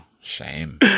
shame